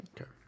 Okay